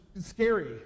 scary